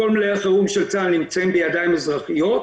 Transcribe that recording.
כל מלאי החירום של צה"ל נמצאים בידיים אזרחיים.